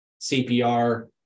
CPR